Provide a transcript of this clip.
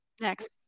Next